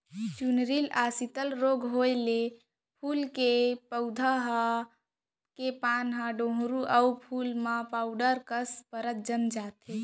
चूर्निल आसिता रोग होउए ले फूल के पउधा के पानाए डोंहड़ू अउ फूल म पाउडर कस परत जम जाथे